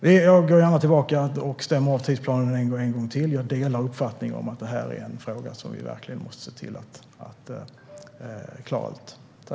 Jag går gärna tillbaka och stämmer av tidsplanen en gång till. Jag delar uppfattningen att detta är en fråga som vi verkligen måste se till att klara ut.